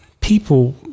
people